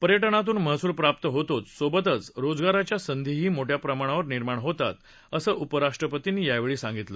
पर्यटनातून महसूल प्राप्त होतोच सोबतच रोजगाराच्या संधीही मोठ्या प्रमाणावर निर्माण होतात असं उपराष्ट्रपतींनी यावेळी सांगितलं